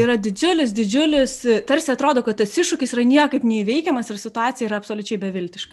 yra didžiulis didžiulis tarsi atrodo kad tas iššūkis yra niekaip neįveikiamas ir situacija yra absoliučiai beviltiška